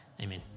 Amen